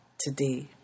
today